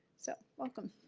so, welcome.